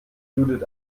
judith